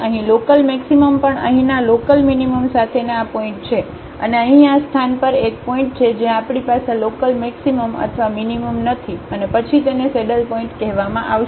અહીં લોકલમેક્સિમમ પણ અહીંના લોકલમીનીમમ સાથેના આ પોઇન્ટ છે અને અહીં આ સ્થાન પર એક પોઇન્ટ છે જ્યાં આપણી પાસે લોકલમેક્સિમમ અથવા મીનીમમ નથી અને પછી તેને સેડલ પોઇન્ટ કહેવામાં આવશે